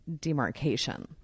demarcation